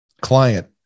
client